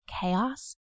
chaos